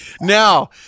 Now